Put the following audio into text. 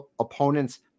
opponents